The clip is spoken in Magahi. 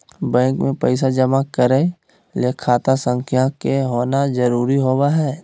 बैंक मे पैसा जमा करय ले खाता संख्या के होना जरुरी होबय हई